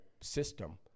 system